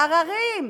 עררים.